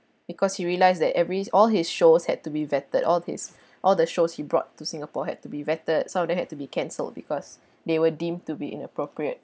because he realised that every all his shows had to be vetted all his all the shows he brought to singapore had to be vetted some of them had to be cancelled because they were deemed to be inappropriate